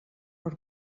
per